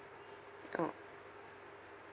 oh